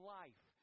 life